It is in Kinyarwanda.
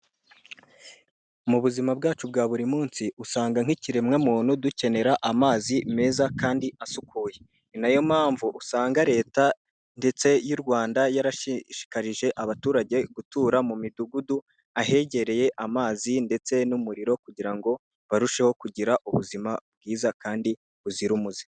Mu buzima bwacu bwa buri munsi usanga nk'ikiremwamuntu dukenera amazi meza kandi asukuye, ni nayo mpamvu usanga leta ndetse y'u Rwanda yarashishikarije abaturage gutura mu midugudu ahegereye amazi ndetse n'umuriro kugira ngo barusheho kugira ubuzima bwiza kandi buzira umuze.